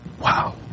Wow